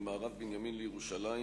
ממערב בנימין לירושלים,